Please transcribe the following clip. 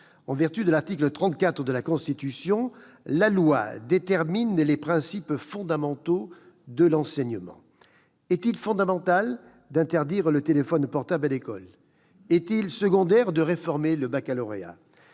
En vertu de l'article 34 de la Constitution, « la loi détermine les principes fondamentaux de l'enseignement ». Est-il fondamental d'interdire l'usage téléphone portable à l'école ? Est-il secondaire de réformer le baccalauréat ?